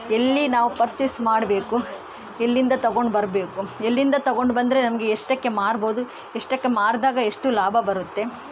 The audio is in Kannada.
ಎಲ್ಲಿ ನಾವು ಪರ್ಚೆಸ್ ಮಾಡಬೇಕು ಎಲ್ಲಿಂದ ತಗೊಂಡು ಬರಬೇಕು ಎಲ್ಲಿಂದ ತಗೊಂಡು ಬಂದರೆ ನಮಗೆ ಎಷ್ಟಕ್ಕೆ ಮಾರ್ಬೋದು ಎಷ್ಟಕ್ಕೆ ಮಾರಿದಾಗ ಎಷ್ಟು ಲಾಭ ಬರುತ್ತೆ